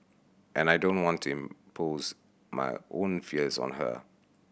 and I don't want to impose my own fears on her